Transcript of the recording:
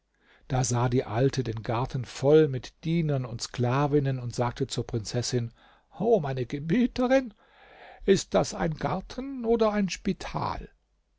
da sah die alte den garten voll mit dienern und sklavinnen und sagte zur prinzessin o meine gebieterin ist das ein garten oder ein spital